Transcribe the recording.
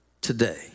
today